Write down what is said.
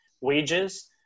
wages